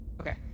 Okay